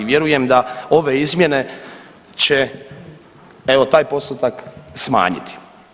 Vjerujem da ove izmjene će evo taj postotak smanjiti.